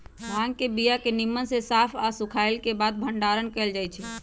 भांग के बीया के निम्मन से साफ आऽ सुखएला के बाद भंडारण कएल जाइ छइ